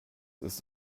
ist